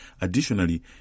Additionally